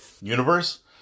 universe